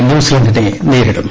ന്യൂസിലന്റിനെ നേരിടും